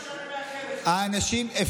זה מה שאני מאחל לך.